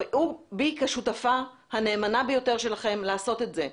ראו בי כשותפה הנאמנה ביותר שלכם לעשות את זה.